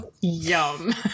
Yum